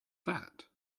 that